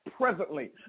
presently